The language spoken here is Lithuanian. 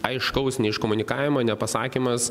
aiškaus neiškomunikavimo nepasakymas